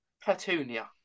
Petunia